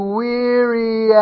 weary